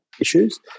issues